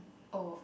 oh